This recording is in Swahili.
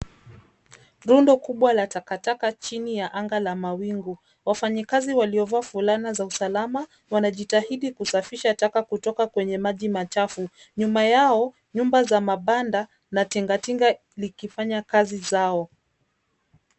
Rundo kubwa la takataka chini ya anga la mawingu. Wafanyakazi walio vaa fulana za usalama wanajotahidi kusafisha taka kutoka kwenye maji machafu. Nyuma yao, nyumba za mabanda na tingatinga likifanya kazi yao.